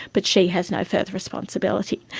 but she has no further responsibility.